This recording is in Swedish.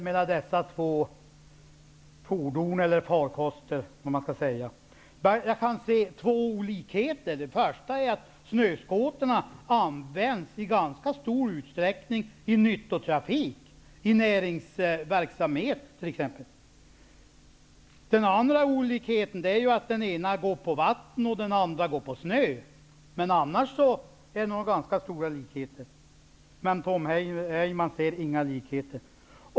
Men jag kan också se två olikheter. Först och främst används snöskotrar i ganska stor utsträckning i nyttotrafik. Det gäller i näringsverksamhet t.ex. En annan olikhet mellan dessa båda fordon är att det ena framförs på vatten och det andra på snöunderlag. I övrigt är nog likheterna ganska stora. Men Tom Heyman ser inga likheter.